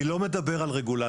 אני לא מדבר על רגולטור.